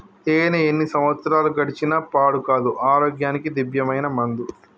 తేనే ఎన్ని సంవత్సరాలు గడిచిన పాడు కాదు, ఆరోగ్యానికి దివ్యమైన మందు